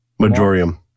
Majorium